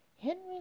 Henry